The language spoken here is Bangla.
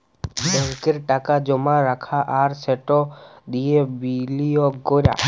ব্যাংকে টাকা জমা রাখা আর সেট দিঁয়ে বিলিয়গ ক্যরা